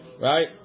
right